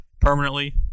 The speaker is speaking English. permanently